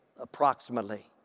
approximately